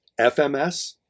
fms